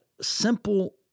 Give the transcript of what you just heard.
simple